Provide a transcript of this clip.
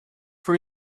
for